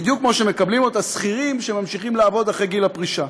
בדיוק כמו שמקבלים אותה שכירים שממשיכים לעבוד אחרי גיל הפרישה.